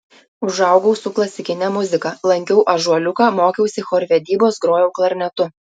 užaugau su klasikine muzika lankiau ąžuoliuką mokiausi chorvedybos grojau klarnetu